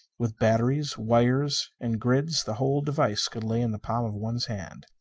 with batteries, wires and grids, the whole device could lay in the palm of one's hand.